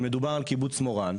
אם מדובר על קיבוץ מורן,